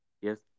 Yes